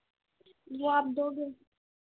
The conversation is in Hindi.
यह आप दोगे